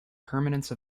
permanence